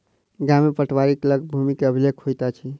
गाम में पटवारीक लग भूमि के अभिलेख होइत अछि